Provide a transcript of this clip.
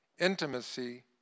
intimacy